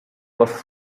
was